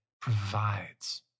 provides